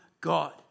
God